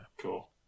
cool